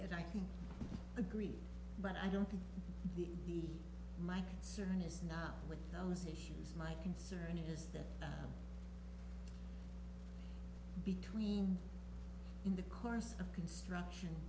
can agree but i don't think the my concern is not with those issues my concern is that between in the course of construction